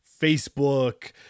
Facebook